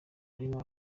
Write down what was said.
arimo